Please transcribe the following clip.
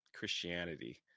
Christianity